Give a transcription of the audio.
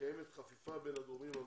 וקיימת חפיפה בין הגורמים המטפלים.